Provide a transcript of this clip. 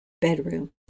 bedroom